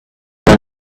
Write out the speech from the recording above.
run